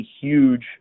huge